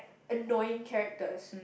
annoying characters